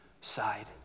side